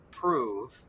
prove